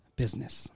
business